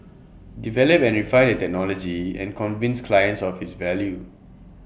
develop and refine the technology and convince clients of its value